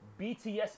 BTS